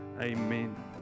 amen